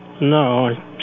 No